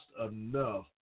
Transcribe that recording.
enough